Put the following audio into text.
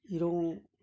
ꯏꯔꯣꯡ